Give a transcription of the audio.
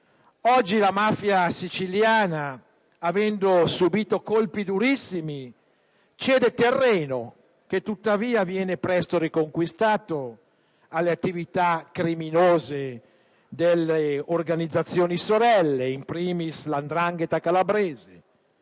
Oggi la mafia siciliana, avendo subito colpi durissimi, cede terreno, che tuttavia viene presto riconquistato alle attività criminose dalle organizzazioni sorelle, *in primis* la 'ndrangheta calabrese.